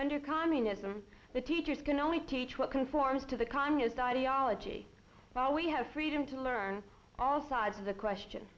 under communism the teachers can only teach what conforms to the communist ideology now we have freedom to learn all sides of the question